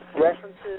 references